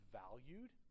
valued